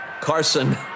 Carson